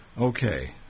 Okay